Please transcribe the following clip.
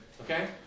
okay